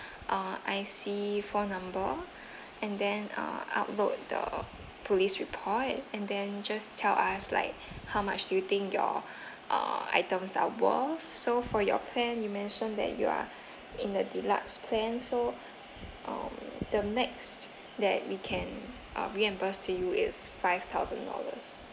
uh I_C four number and then uh upload the police report and then just tell us like how much do you think your uh items are worth so for your plan you mentioned that you are in the deluxe plan so um the next that we can uh reimburse you is five thousand dollars